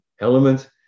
elements